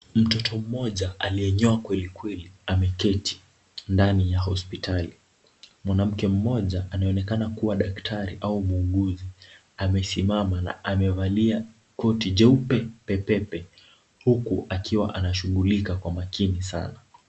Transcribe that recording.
Mtoto mmoja aliyenyoa kweli kweli ameketi ndani ya hospitali. Mwanamke mmoja anayeonekana kuwa daktari au muuguzi, amesimama na amevalia koti jeupe pepepe, huku akiwa anashughulika kwa makini sana.